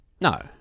No